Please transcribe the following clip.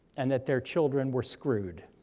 and that their children were screwed.